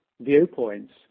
viewpoints